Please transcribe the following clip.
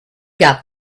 got